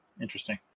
Interesting